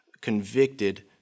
convicted